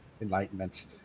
enlightenment